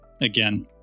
again